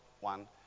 one